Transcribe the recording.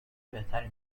بهتری